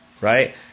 right